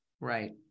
Right